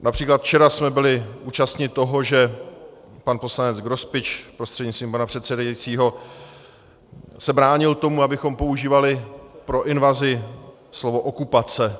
Například včera jsme byli účastni toho, že se pan poslanec Grospič prostřednictvím pana předsedajícího bránil tomu, abychom používali pro invazi slovo okupace.